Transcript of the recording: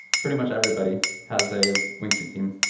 pretty much everybody has a wingsuit team.